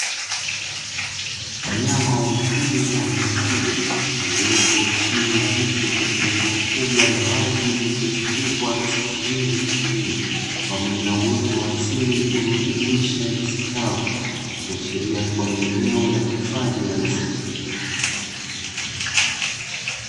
Wanyama wa mwituni aina ya Twiga, waliopo chini ya mti katika eneo kubwa la wazi lililozungunkwa na safu nyingi za milima, pamoja na uoto wa asili unaojumuisha nyasi kavu, ikiashiria kuwa ni eneo la hifadhi la misitu.